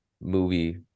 movie